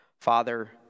Father